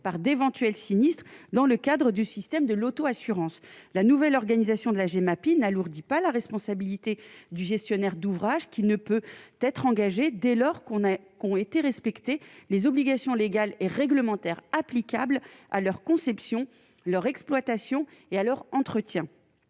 par d'éventuels sinistres dans le cadre du système de l'auto-assurance, la nouvelle organisation de la Gemapi n'alourdit pas la responsabilité du gestionnaire d'ouvrage qui ne peut être engagée dès lors qu'on a qu'ont été respecté les obligations légales et réglementaires applicables à leur conception leur exploitation et à leur entretien